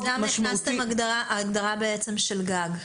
למה הכנסתם הגדרה של גג?